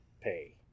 pay